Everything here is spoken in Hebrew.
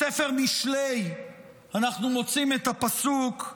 בספר משלי אנחנו מוצאים את הפסוק: